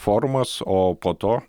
forumas o po to